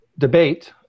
Debate